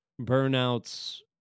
Burnout's